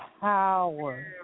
power